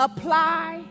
Apply